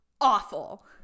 awful